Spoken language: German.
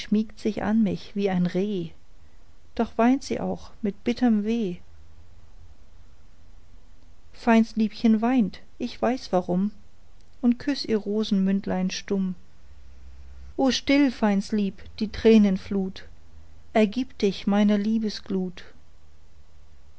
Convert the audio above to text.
sich an mich wie ein reh doch weint sie auch mit bitterm weh feins liebchen weint ich weiß warum und küßt ihr rosenmündlein stumm o still feins lieb die tränenflut ergib dich meiner liebesglut